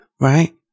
right